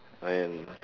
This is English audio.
and